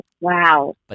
Wow